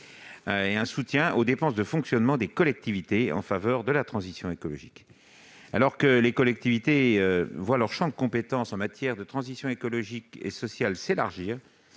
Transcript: de l'Ademe aux dépenses de fonctionnement des collectivités en faveur de la transition écologique. Alors que les collectivités voient leur champ de compétences en matière de transition écologique et sociale s'élargir,